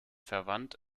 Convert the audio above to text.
verwandt